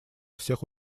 всех